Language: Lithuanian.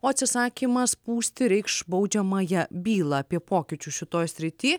o atsisakymas pūsti reikš baudžiamąją bylą apie pokyčius šitoj srity